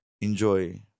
Enjoy